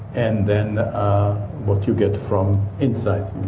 and then what you get from inside.